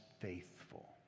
faithful